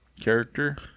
character